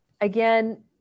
Again